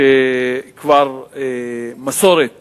שכבר מסורת